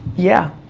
yeah.